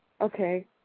Okay